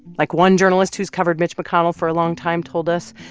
like one journalist who's covered mitch mcconnell for a long time told us,